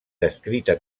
descrita